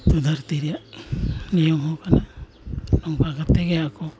ᱫᱷᱟᱹᱨᱛᱤ ᱨᱮᱭᱟᱜ ᱱᱤᱭᱚᱢ ᱦᱚᱸ ᱠᱟᱱᱟ ᱱᱚᱝᱠᱟ ᱠᱟᱛᱮᱫ ᱜᱮ ᱟᱠᱚ